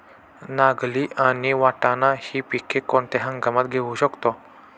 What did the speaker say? नागली आणि वाटाणा हि पिके कोणत्या हंगामात घेऊ शकतो?